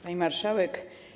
Pani Marszałek!